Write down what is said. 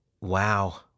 Wow